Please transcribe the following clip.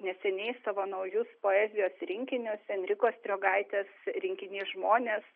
neseniai savo naujus poezijos rinkinius enrikos striogaitės rinkinys žmonės